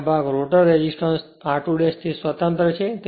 અને આ ભાગ રોટર રેઝિસ્ટન્સ r2 થી સ્વતંત્ર છે